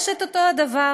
יש את אותו הדבר.